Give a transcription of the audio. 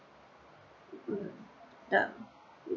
the